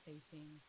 facing